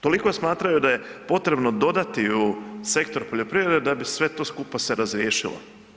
Toliko smatraju da je potrebno dodati u sektor poljoprivrede da bi sve to skupa se razriješilo.